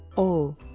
all,